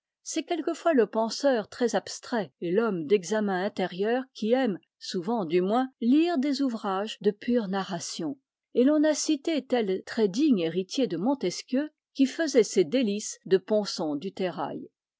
c'est quelquefois le penseur très abstrait et l'homme d'examen intérieur qui aime souvent du moins lire des ouvrages de pure narration et l'on a cité tel très digne héritier de montesquieu qui faisait ses délices de ponson du terrail